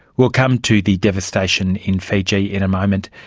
we'll come to the devastation in fiji in a moment.